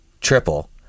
triple